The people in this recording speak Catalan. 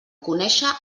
conèixer